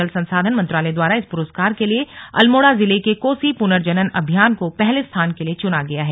जल संसाधन मंत्रालय द्वारा इस पुरस्कार के लिए अल्मोड़ा जिले के कोसी पुनर्जनन अभियान को पहले स्थान के लिये चुना गया है